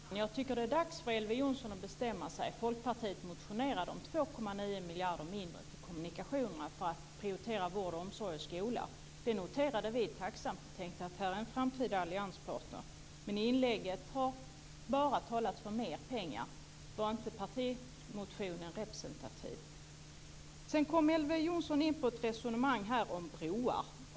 Fru talman! Jag tycker att det är dags för Elver Jonsson att bestämma sig. Folkpartiet motionerade om 2,9 miljarder mindre till kommunikationerna för att prioritera vård, omsorg och skola. Det noterade vi tacksamt och tänkte att här var en framtida allianspartner. Men i sitt inlägg har Elver Jonsson bara talat för mer pengar. Var inte partimotionen representativ? Sedan förde Elver Jonsson ett resonemang om broar.